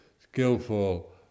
skillful